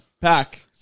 pack